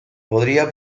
podría